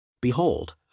Behold